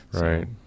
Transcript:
Right